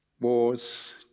wars